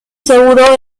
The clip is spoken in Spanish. seguro